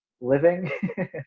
living